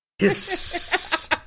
Yes